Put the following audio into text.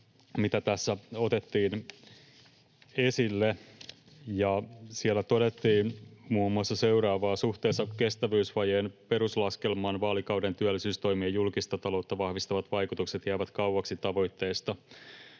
mitä tässä otettiin esille. Siellä todettiin muun muassa seuraavaa: "Suhteessa kestävyysvajeen peruslaskelmaan vaalikauden työllisyystoimien julkista taloutta vahvistavat vaikutukset jäävät kauaksi tavoitteesta."